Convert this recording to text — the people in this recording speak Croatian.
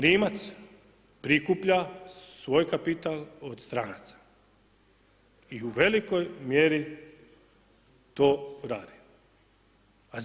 Rimac prikuplja svoj kapital od stranaca i u velikoj mjeri to radi.